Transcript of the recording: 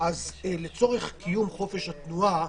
אז לצורך קיום חופש התנועה,